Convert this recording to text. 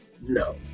No